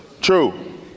true